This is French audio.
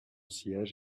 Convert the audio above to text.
siège